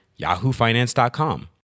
yahoofinance.com